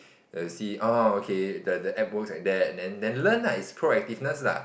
to see orh okay the the app works like that then learn lah is proactiveness lah